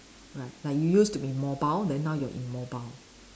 right like you used to be mobile then now you're immobile